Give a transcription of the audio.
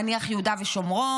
נניח יהודה ושומרון,